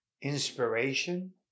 Inspiration